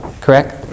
correct